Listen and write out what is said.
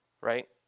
right